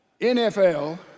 NFL